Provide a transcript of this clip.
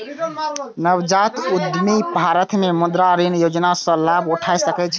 नवजात उद्यमी भारत मे मुद्रा ऋण योजना सं लाभ उठा सकै छै